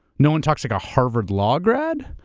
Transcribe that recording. no one talks like a harvard law grad?